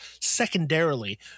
Secondarily